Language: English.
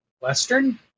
Western